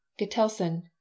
Getelson